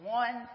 one